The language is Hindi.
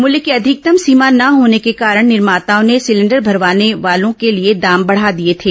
मूल्य की अधिकतम सीमा न होने के कारण निर्माताओं ने सिलेंडर भरवाने वालों के लिए दाम बढ़ा दिए थे